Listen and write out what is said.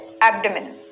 abdomen